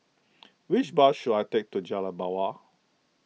which bus should I take to Jalan Mawar